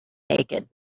naked